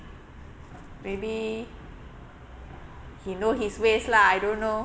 maybe he know his ways lah I don't know